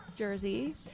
Jersey